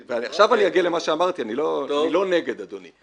עכשיו אני אגיע למה שאמרתי, אני לא נגד, אדוני.